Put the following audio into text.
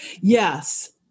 yes